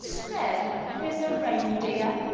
sven is a reindeer.